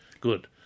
good